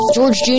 George